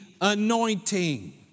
anointing